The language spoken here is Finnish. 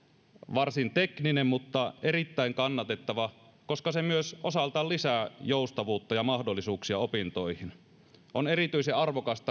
varsin tekninen mutta erittäin kannatettava koska se myös osaltaan lisää joustavuutta ja mahdollisuuksia opintoihin on erityisen arvokasta